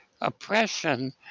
oppression